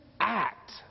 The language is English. act